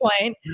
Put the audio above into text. point